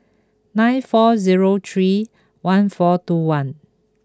nine four zero three one four two one